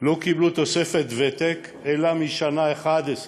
לא קיבלו תוספת ותק אלא מהשנה ה-11.